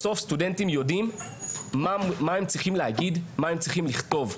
בסוף סטודנטים יודעים מה הם צריכים להגיד ומה הם צריכים לכתוב.